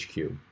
HQ